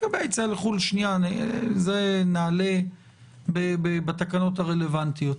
זה נעלה בתקנות הרלוונטיות.